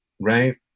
right